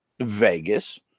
Vegas